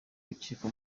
n’urukiko